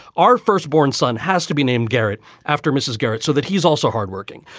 our first born son has to be named garrett after mrs. garrett so that he's also hardworking.